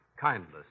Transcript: kindness